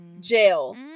jail